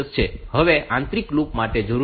હવે આ આંતરિક લૂપ માટે જરૂરી કુલ સમય છે